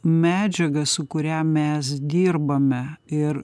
medžiaga su kuria mes dirbame ir